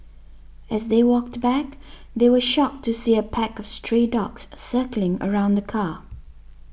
as they walked back they were shocked to see a pack of stray dogs circling around the car